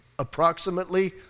approximately